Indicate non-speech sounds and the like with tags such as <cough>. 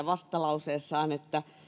<unintelligible> vastalauseessaan siitä että